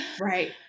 Right